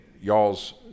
y'all's